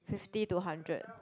fifty to hundred